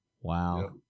Wow